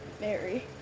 Mary